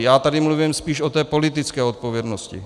Já tady mluvím spíš o té politické odpovědnosti.